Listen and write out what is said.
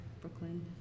Brooklyn